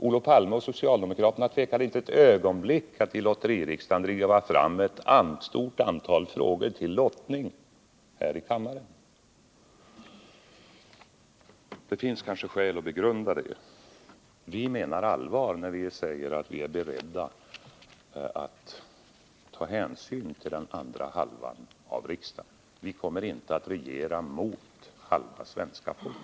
Olof Palme och socialdemokraterna tvekade inte ett ögonblick att i lotteririksdagen driva fram ett stort antal frågor till lottning här i kammaren. Det finns kanske skäl att begrunda det. Vi menar allvar när vi säger att vi är beredda att ta hänsyn till den andra halvan av riksdagen. Vi kommer inte att regera mot halva svenska folket.